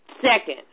Second